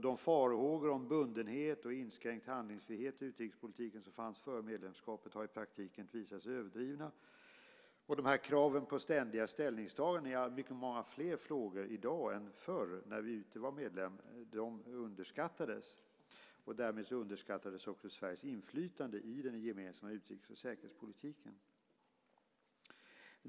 De farhågor om bundenhet och inskränkt handlingsfrihet i utrikespolitiken som fanns före medlemskapet har i praktiken visat sig vara överdrivna. Kraven på ständiga ställningstaganden i mycket fler frågor än förr när vi inte var medlem underskattades. Därmed underskattades också Sveriges inflytande i den gemensamma utrikes och säkerhetspolitiken.